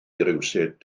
rywsut